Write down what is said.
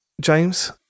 James